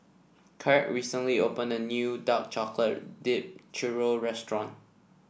Kraig recently opened a new Dark Chocolate Dipped Churro restaurant